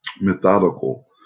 methodical